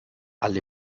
alle